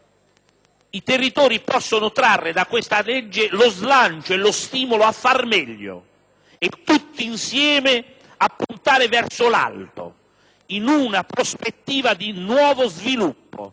i territori possono trarre da questa legge lo slancio e lo stimolo a fare meglio e tutti insieme a puntare verso l'alto, in una prospettiva di nuovo sviluppo